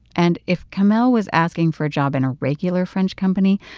and if kamel was asking for a job in a regular french company,